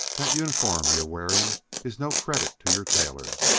that uniform you're wearing is no credit to your tailor.